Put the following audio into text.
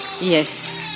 Yes